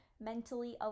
mentally